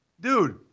dude